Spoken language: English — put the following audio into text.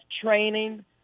training